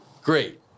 great